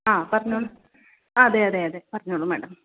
ആ പറഞ്ഞോളൂ അതേ അതേ അതേ പറഞ്ഞോളൂ മാഡം